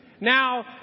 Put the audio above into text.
Now